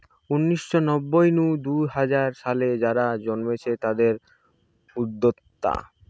উনিশ শ নব্বই নু দুই হাজার সালে যারা জন্মেছে তাদির উদ্যোক্তা